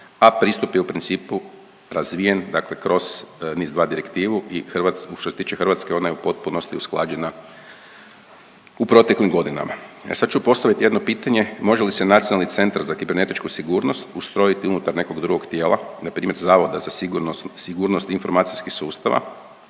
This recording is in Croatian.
a pristup je u principu razvijen dakle kroz NIS2 Direktivu i Hrvat…, što se tiče Hrvatske ona je u potpunosti usklađena u proteklim godinama. E sad ću postavit jedno pitanje, može li se Nacionalni centar za kibernetičku sigurnost ustrojiti unutar nekog drugog tijela, npr. Zavoda za sigurnosno, sigurnosno-informacijskog sustava